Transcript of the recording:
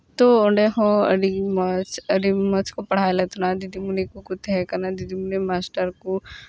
ᱛᱚ ᱚᱸᱰᱮ ᱦᱚᱸ ᱟᱹᱰᱤ ᱢᱚᱡᱽ ᱟᱹᱰᱤ ᱢᱚᱡᱽ ᱠᱚ ᱯᱟᱲᱦᱟᱣ ᱞᱮᱫ ᱛᱟᱦᱮᱱᱟ ᱫᱤᱫᱤᱢᱚᱱᱤ ᱠᱚᱠᱚ ᱛᱟᱦᱮᱸ ᱠᱟᱱᱟ ᱫᱤᱫᱤᱢᱚᱱᱤ ᱢᱟᱥᱴᱟᱨ ᱠᱚ